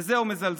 בזה הוא מזלזל.